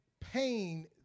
pain